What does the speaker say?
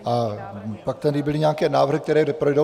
A pak tady byly nějaké návrhy, které projdou.